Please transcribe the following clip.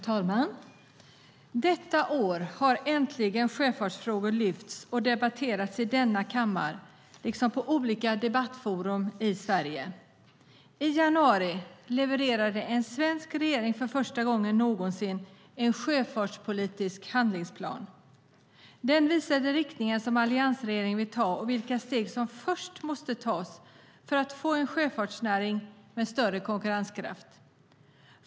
Fru talman! Detta år har äntligen sjöfartsfrågor lyfts fram och debatterats i denna kammare liksom på olika debattforum i Sverige. I januari levererade en svensk regering för första gången någonsin en sjöfartspolitisk handlingsplan. Den visade den riktning som alliansregeringen vill ta och vilka steg som först måste tas för att få en sjöfartsnäring med större konkurrenskraft.